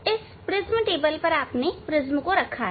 इस prism table पर आपने प्रिज्म को रखा है